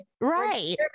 Right